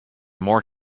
more